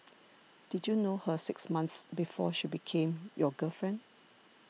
did you know her six months before she became your girlfriend